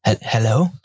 Hello